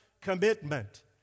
commitment